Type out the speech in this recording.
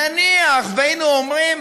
נניח שהיינו אומרים